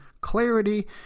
clarity